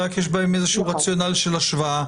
רק יש בהם רציונל של השוואה.